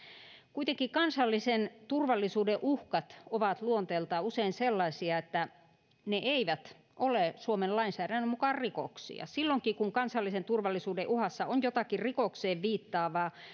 kuitenkin kansallisen turvallisuuden uhkat ovat luonteeltaan usein sellaisia että ne eivät ole suomen lainsäädännön mukaan rikoksia silloinkin kun kansallisen turvallisuuden uhassa on jotakin rikokseen viittaavaa